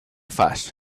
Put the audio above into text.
fas